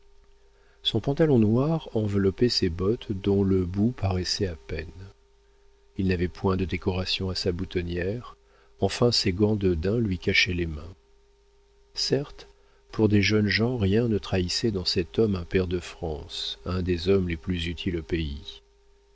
son pantalon noir enveloppait ses bottes dont le bout paraissait à peine il n'avait point de décoration à sa boutonnière enfin ses gants de daim lui cachaient les mains certes pour des jeunes gens rien ne trahissait dans cet homme un pair de france un des hommes les plus utiles au pays